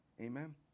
Amen